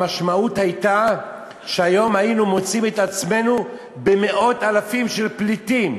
המשמעות הייתה שהיום היינו מוצאים את עצמנו בין מאות אלפים של פליטים.